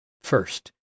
First